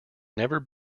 never